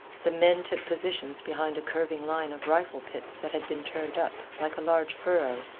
the men took positions behind a curving line of rifle pits that had been turned up, like a large furrow,